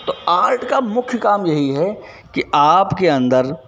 तो आर्ट का मुख्य काम यही है कि आपके अंदर